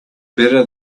better